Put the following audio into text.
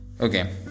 okay